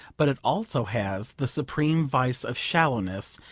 but it also has the supreme vice of shallowness,